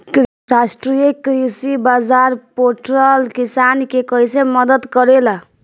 राष्ट्रीय कृषि बाजार पोर्टल किसान के कइसे मदद करेला?